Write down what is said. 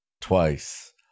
Twice